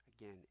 again